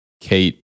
Kate